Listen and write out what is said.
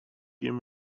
give